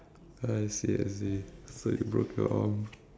uh seriously so you broke your arm